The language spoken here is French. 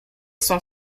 son